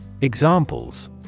Examples